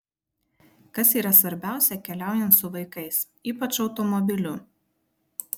kas yra svarbiausia keliaujant su vaikais ypač automobiliu